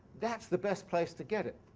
that's the best place to get it.